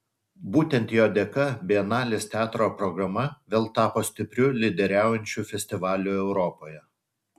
būtent jo dėka bienalės teatro programa vėl tapo stipriu lyderiaujančiu festivaliu europoje